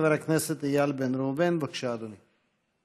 חבר הכנסת איל בן ראובן, בבקשה, אדוני.